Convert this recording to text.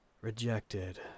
rejected